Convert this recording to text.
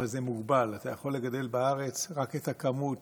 אבל זה מוגבל, אתה יכול לגדל בארץ רק את הכמות